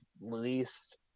least